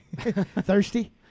Thirsty